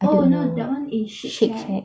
I don't know shake shack